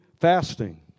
fasting